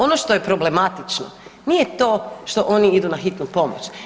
Ono što je problematično nije to što oni idu na hitnu pomoć.